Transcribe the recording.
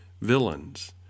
villains